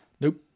Nope